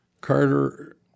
Carter